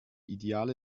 ideale